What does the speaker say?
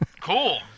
Cool